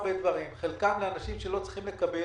חלקם לאנשים שלא צריכים לקבל,